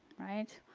right.